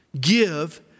Give